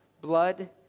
Blood